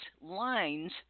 lines